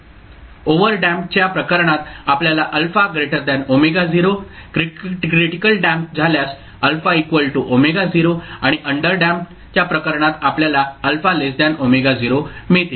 ओव्हरडॅम्पडच्या प्रकरणात आपल्याला α ω0 critical damped झाल्यास α ω0 आणि अंडरडॅम्पड च्या प्रकरणात आपल्याला α ω0 मिळतील